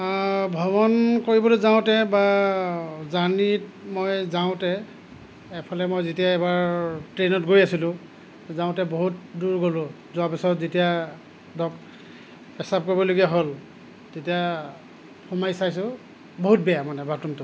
ভ্ৰমণ কৰিবলৈ যাওঁতে বা জাৰ্ণীত মই যাওঁতে এফালে মই যেতিয়া এবাৰ ট্ৰেইনত গৈ আছিলোঁ যাওঁতে বহুত দূৰ গ'লো যোৱাৰ পাছত যেতিয়া ধৰক পেচাব কৰিবলগীয়া হ'ল তেতিয়া সোমাই চাইছোঁ বহুত বেয়া মানে বাথৰূমটো